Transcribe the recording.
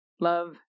love